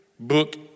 Book